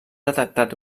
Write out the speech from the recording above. detectat